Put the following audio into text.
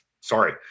sorry